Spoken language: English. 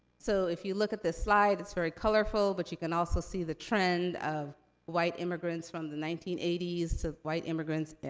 so, if you look at the slide, it's very colorful, but you can also see the trend of white immigrants from the nineteen eighty s. so, white immigrants,